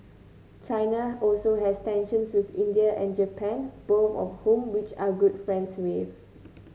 China also has tensions with India and Japan both of whom which are good friends with